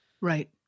Right